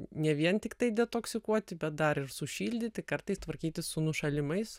ne vien tiktai detoksikuoti bet dar ir sušildyti kartais tvarkytis su nušalimais